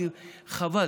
חבל,